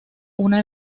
una